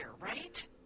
right